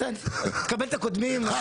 בסדר, תקבל את הקודמים.